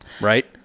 Right